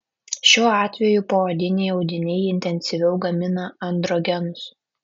šiuo atveju poodiniai audiniai intensyviau gamina androgenus